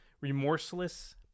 Remorseless